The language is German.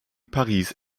paris